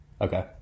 Okay